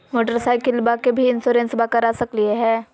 मोटरसाइकिलबा के भी इंसोरेंसबा करा सकलीय है?